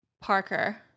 Parker